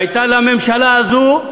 שהייתה לממשלה הזאת,